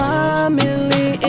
Family